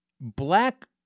black